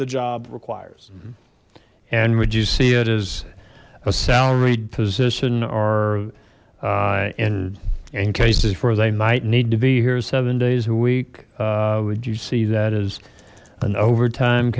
the job requires and would you see it as a salaried position are in in cases where they might need to be here seven days a week would you see that as an overtime